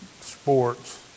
sports